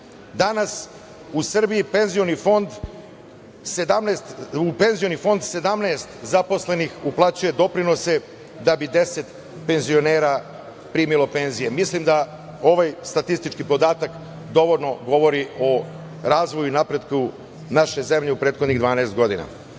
danas u Srbiji u penzioni fond 17 zaposlenih uplaćuje doprinose da bi 10 penzionera primilo penzije. Mislim da ovaj statistički podatak dovoljno govori o razvoju i napretku naše zemlje u prethodnih 12